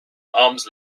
arms